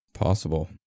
possible